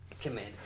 Command